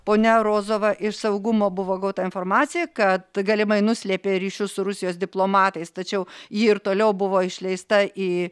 ponia rozova iš saugumo buvo gauta informacija kad galimai nuslėpė ryšius su rusijos diplomatais tačiau ji ir toliau buvo išleista į